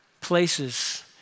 places